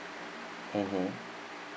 mmhmm